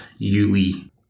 Yuli